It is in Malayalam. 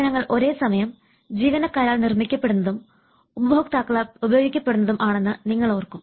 സേവനങ്ങൾ ഒരേസമയം ജീവനക്കാരാൽ നിർമ്മിക്കപ്പെടുന്നതും ഉപഭോക്താക്കളാൽ ഉപയോഗിക്കപ്പെടുന്നതും ആണെന്ന് നിങ്ങൾ ഓർക്കും